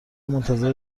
منتظر